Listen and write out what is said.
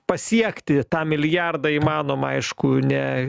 pasiekti tą milijardą įmanoma aišku ne